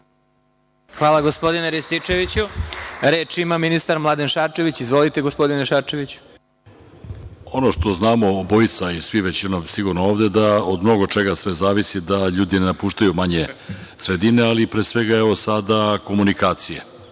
Hvala, gospodine Rističeviću. Reč ima ministar Mladen Šarčević. Izvolite. **Mladen Šarčević** Ono što znamo obojica i svi većinom sigurno ovde da od mnogo čega sve zavisi, da ljudi ne napuštaju manje sredine, ali pre svega, evo sada, od komunikacije.